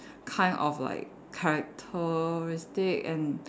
kind of like characteristic and